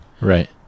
Right